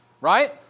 right